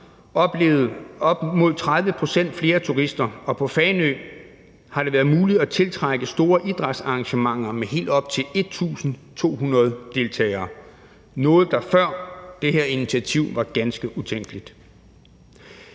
oplevet op imod 30 pct. flere turister, og på Fanø har det været muligt at tiltrække store idrætsarrangementer med helt op til 1.200 deltagere – noget, der før det her initiativ var ganske utænkeligt.